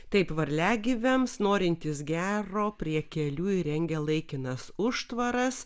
taip varliagyviams norintys gero prie kelių įrengia laikinas užtvaras